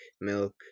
milk